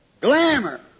Glamour